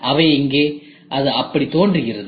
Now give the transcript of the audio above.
எனவே இங்கே அது அப்படித் தோன்றுகிறது